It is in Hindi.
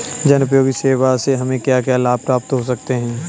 जनोपयोगी सेवा से हमें क्या क्या लाभ प्राप्त हो सकते हैं?